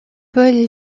paul